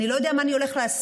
אני לא יודע מה אני הולך לעשות.